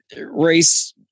race